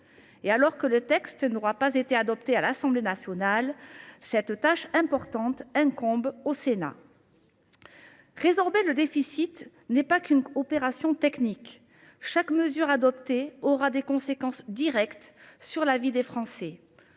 Comme ce PLFSS n’a pas été adopté à l’Assemblée nationale, cette tâche importante incombe au Sénat. Résorber le déficit n’est pas qu’une opération technique. Chaque mesure adoptée aura des conséquences directes sur la vie des Français.